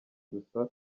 gusa